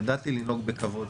ידעתי לנהוג בכבוד.